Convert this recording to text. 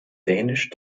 dänisch